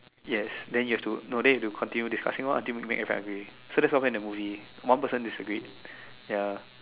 yes then you have to then you have to discussing orh until you make everyone agree so that's what happen happen in the movie one person disagreed ya